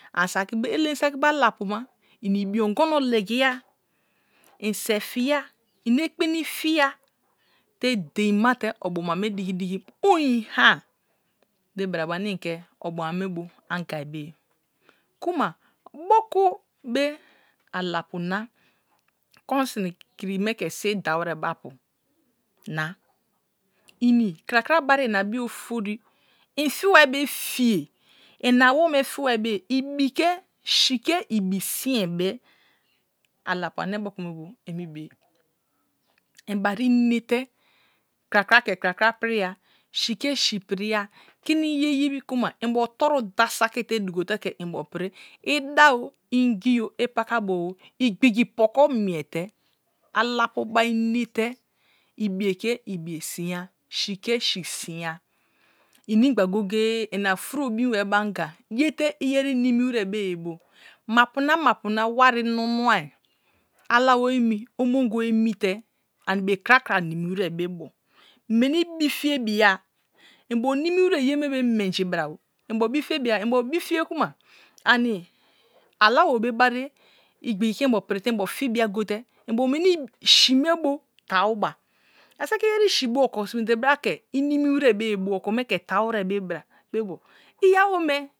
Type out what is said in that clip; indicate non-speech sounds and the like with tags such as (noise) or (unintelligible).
(unintelligible) alem saki be alapu ma ini ibi ongono legija, in se̱ fiya, mi elapeni fiya te dein mute obuama me dig̃i digi om̃ha be̱brabu ane inke obuama bu angai beye. Kuma moky be alapu na konsini kini me ke silbi da wise be apu na ini kratkan bai ma bi afori inti waibe faje ona awome fiwaibeye (unintelligible) si ke ibi sin be̱ alapu ane mokou me bu amibeye imbari mete kta kra ke kratkera piriya sike si periya kim ye yekuma too totu da satri te dugo te ke mbo pri, ida or ingi o spaka bo o igbigi pokio miete alapu bar anate ibige he ubuje simya si smya mi gba goye goye una furo binbar ke anga age te ayeri nimi wire be ye mapu na mape wari munna alawo emi omongibo emi te ani be krakta nini wire be bo meni bifietoia antos nini wise ye me menji baa mbo bafiebin umbo loi fie amma ani alabo be bari igbigi ke inbo prite enbs. fibir gote mos weni si̱ me bu tai ba ani saki iyeri si bu oko sime te bra ke ini mi wiré bu oko me ke tau wiré bebra iyawome.